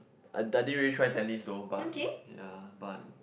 I didn't really try tennis though but ya but